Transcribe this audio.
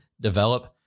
develop